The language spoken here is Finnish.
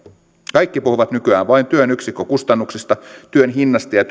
kaikki puhuvat nykyään vain työn yksikkökustannuksista työn hinnasta ja